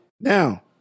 Now